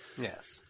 Yes